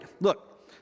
Look